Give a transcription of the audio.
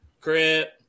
Crip